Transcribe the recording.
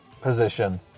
position